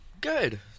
good